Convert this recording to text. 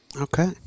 Okay